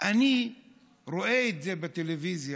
אני רואה את זה בטלוויזיה,